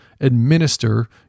administer